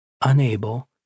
unable